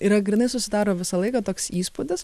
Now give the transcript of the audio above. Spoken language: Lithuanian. yra grynai susidaro visą laiką toks įspūdis